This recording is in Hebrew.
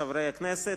חברי הכנסת,